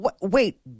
wait